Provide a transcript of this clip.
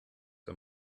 are